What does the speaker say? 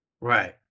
right